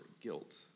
guilt